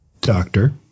doctor